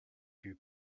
you